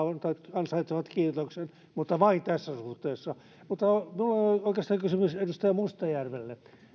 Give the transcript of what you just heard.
ansaitsevat kiitoksen mutta vain tässä suhteessa mutta minulla on oikeastaan kysymys edustaja mustajärvelle